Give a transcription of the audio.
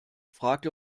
fragt